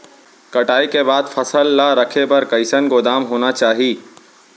कटाई के बाद फसल ला रखे बर कईसन गोदाम होना चाही?